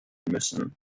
müssen